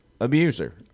abuser